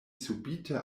subite